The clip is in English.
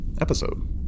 episode